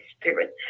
spirit